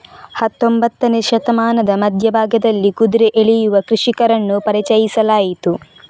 ಹತ್ತೊಂಬತ್ತನೇ ಶತಮಾನದ ಮಧ್ಯ ಭಾಗದಲ್ಲಿ ಕುದುರೆ ಎಳೆಯುವ ಕೃಷಿಕರನ್ನು ಪರಿಚಯಿಸಲಾಯಿತು